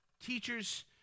teachers